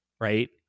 Right